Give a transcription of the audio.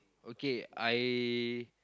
okay I